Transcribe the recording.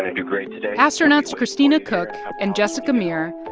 ah do great today astronauts christina koch and jessica meir,